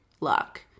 luck